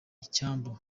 icyambu